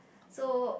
so